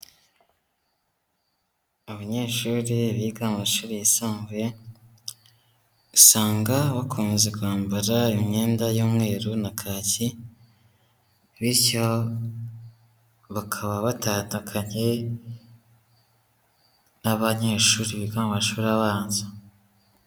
Abanyeshuri biga mu mashuri yisumbuye, usanga bakunze kwambara imyenda y'umweru na kaki, bityo bakaba batandukanye n'abanyeshuri biga mu mashuri abanza.